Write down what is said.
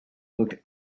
looked